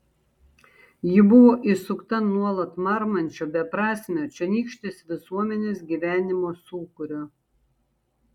ji buvo įsukta nuolat marmančio beprasmio čionykštės visuomenės gyvenimo sūkurio